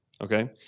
Okay